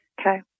Okay